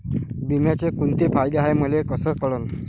बिम्याचे कुंते फायदे हाय मले कस कळन?